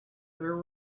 their